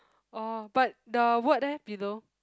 oh but the word leh below